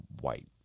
white